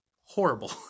Horrible